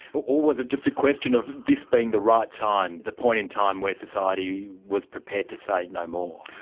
but or was it just a question of this being the right time, the point in time where society was prepared to say no more.